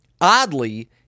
oddly